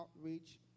outreach